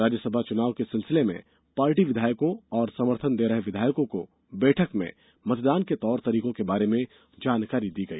राज्यसभा चुनाव के सिलसिले में पार्टी विधायकों और समर्थन दे रहे विधायकों को बैठक में मतदान के तौर तरीको के बारे में तकनीकी जानकारी दी गई